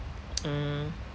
mm